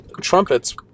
trumpets